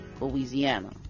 Louisiana